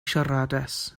siaradus